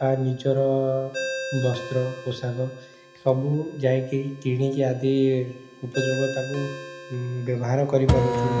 ବା ନିଜର ବସ୍ତ୍ର ପୋଷାକ ସବୁ ଯାଇକି କିଣିକି ଆଦି ଉପଯୋଗ ତାକୁ ବ୍ୟବହାର କରିପାରୁଛୁ